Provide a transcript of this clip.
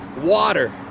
water